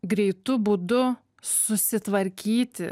greitu būdu susitvarkyti